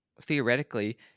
theoretically